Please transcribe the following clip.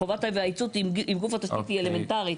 חובת היוועצות עם גוף התשתית היא אלמנטרית.